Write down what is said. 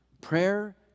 Prayer